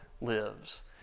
lives